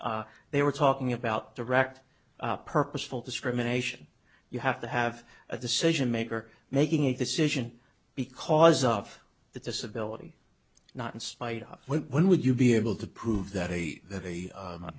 case they were talking about direct purposeful discrimination you have to have a decision maker making a decision because of the disability not in spite of when would you be able to prove that a that a